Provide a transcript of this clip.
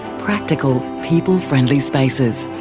practical, people-friendly spaces.